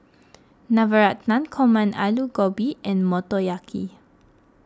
Navratan Korma Alu Gobi and Motoyaki